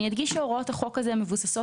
אני אדגיש שהוראות החוק הזה מבוססות